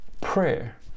prayer